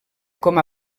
com